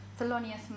Thelonious